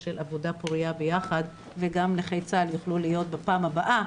של עבודה פורייה ביחד וגם נכי צה"ל יוכלו להיות בפעם הבאה,